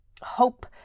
Hope